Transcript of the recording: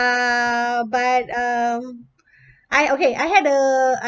uh but um I okay I had a I